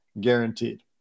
guaranteed